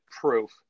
proof